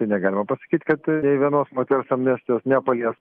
tai negalima pasakyt kad nei vienos moters amnestijos nepalies